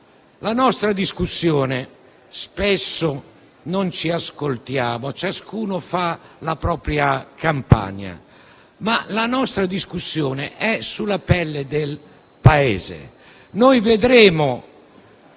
la nostra discussione è sulla pelle del Paese.